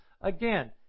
Again